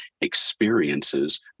experiences